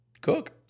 cook